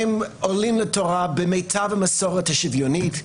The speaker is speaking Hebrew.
הם עולים לתורה במיטב המסורת השוויונית,